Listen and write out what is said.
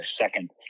second